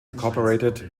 inc